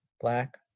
black